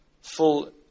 full